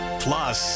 plus